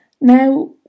Now